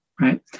right